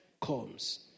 comes